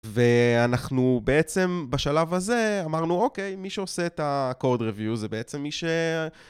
ואנחנו בעצם בשלב הזה אמרנו, אוקיי, מי שעושה את ה-code review זה בעצם מי ש...